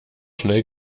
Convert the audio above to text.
schnell